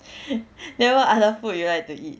then what other food you like to eat